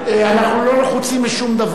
אנחנו לא לחוצים לשום דבר.